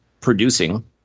producing